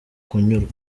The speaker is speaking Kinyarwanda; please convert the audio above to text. kunyurwa